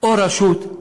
או רשות,